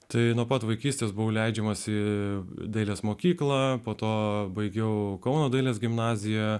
tai nuo pat vaikystės buvau leidžiamasi dailės mokyklą po to baigiau kauno dailės gimnaziją